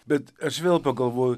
bet aš vėl pagalvojau